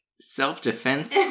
self-defense